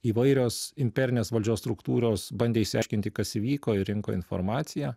įvairios imperinės valdžios struktūros bandė išsiaiškinti kas įvyko ir rinko informaciją